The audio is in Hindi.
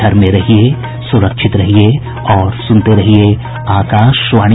घर में रहिये सुरक्षित रहिये और सुनते रहिये आकाशवाणी